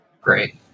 Great